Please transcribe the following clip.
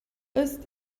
ist